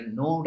no